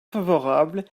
favorable